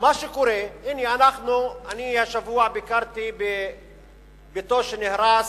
מה שקורה, הנה, השבוע ביקרתי בביתו שנהרס,